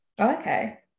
Okay